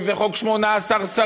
אם זה חוק 18 שרים.